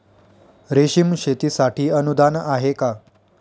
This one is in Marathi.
रेशीम शेतीसाठी अनुदान आहे का?